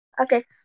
Okay